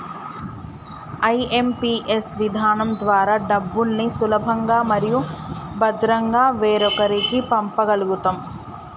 IMPS విధానం ద్వారా డబ్బుల్ని సులభంగా మరియు భద్రంగా వేరొకరికి పంప గల్గుతం